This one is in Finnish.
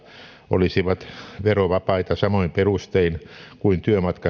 olisivat verovapaita samoin perustein kuin